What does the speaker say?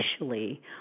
initially